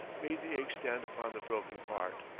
made the egg stand upon the broken part.